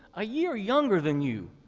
a year younger than you,